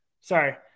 Sorry